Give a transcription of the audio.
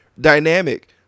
dynamic